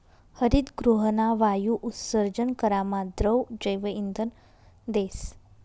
हरितगृहना वायु उत्सर्जन करामा द्रव जैवइंधन देस